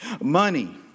Money